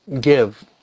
give